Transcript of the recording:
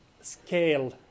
scale